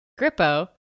Grippo